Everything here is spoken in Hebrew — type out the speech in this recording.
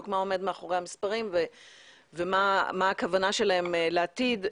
מה עומד מאחורי המספרים ומה הכוונה שלהם לעתיד.